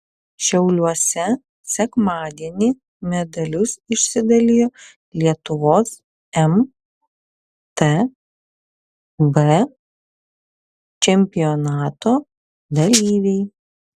šiauliuose sekmadienį medalius išsidalijo lietuvos mtb čempionato dalyviai